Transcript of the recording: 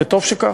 וטוב שכך.